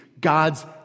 God's